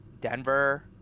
Denver